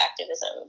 activism